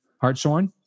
Hartshorn